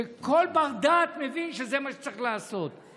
שכל בר-דעת מבין שזה מה שצריך לעשות.